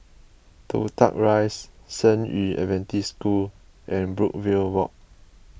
Toh Tuck Rise San Yu Adventist School and Brookvale Walk